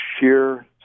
sheer